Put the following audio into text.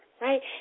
right